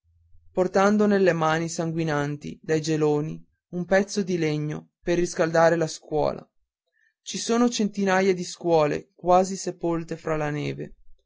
portando nelle mani sanguinanti dai geloni un pezzo di legno per riscaldare la scuola ci sono centinaia di scuole quasi sepolte fra la neve